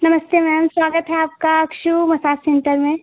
नमस्ते मैम स्वागत है आपका अक्शु मसाज सेंटर में